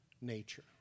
nature